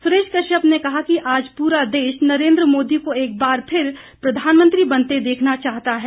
सुरेश कश्यप ने कहा कि आज पूरा देश नरेंद्र मोदी को एक बार फिर प्रधानमंत्री बनते देखना चाहता है